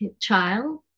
child